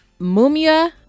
Mumia